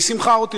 והיא שימחה אותי,